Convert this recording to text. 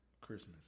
Christmas